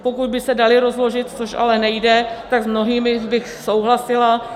Pokud by se daly rozložit, což ale nejde, tak s mnohými bych souhlasila.